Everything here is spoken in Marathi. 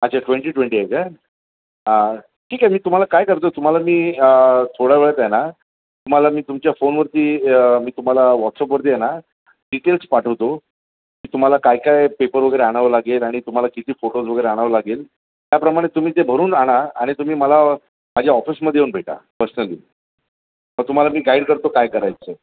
अच्छा ट्वेंटी ट्वेंटी आहे का ठीक आहे मी तुम्हाला काय करतो तुम्हाला मी थोड्या वेळेत आहे ना तुम्हाला मी तुमच्या फोनवरती मी तुम्हाला व्हॉट्सअपवरती आहे ना डिटेल्स पाठवतो की तुम्हाला काय काय पेपर वगैरे आणावं लागेल आणि तुम्हाला किती फोटोज वगैरे आणावं लागेल त्याप्रमाणे तुम्ही ते भरून आणा आणि तुम्ही मला माझ्या ऑफिसमध्ये येऊन भेटा पर्सनली मग तुम्हाला मी गाईड करतो काय करायचं